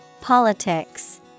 Politics